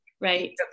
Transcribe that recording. Right